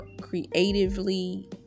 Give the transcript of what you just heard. creatively